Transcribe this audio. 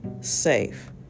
safe